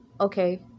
okay